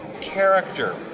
character